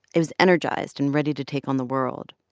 i was energized and ready to take on the world.